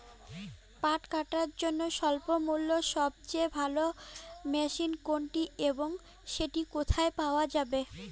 পাট কাটার জন্য স্বল্পমূল্যে সবচেয়ে ভালো মেশিন কোনটি এবং সেটি কোথায় পাওয়া য়ায়?